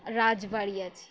রাজবাড়ি আছে